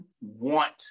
want